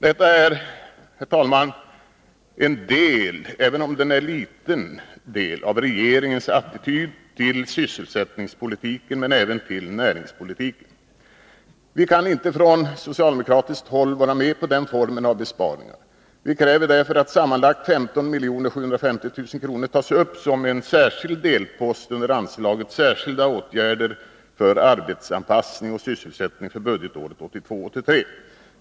Detta är en del — även om det är en liten del — av regeringens attityd till sysselsättningspolitiken men även till näringspolitiken. Vi kan inte från socialdemokratiskt håll gå med på den formen av besparingar. Vi kräver därför att sammanlagt 15 750 000 kr. tas upp som särskild delpost under anslaget Särskilda åtgärder för arbetsanpassning och sysselsättning för budgetåret 1982/83.